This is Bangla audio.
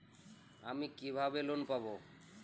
আমি কিভাবে লোন পাব?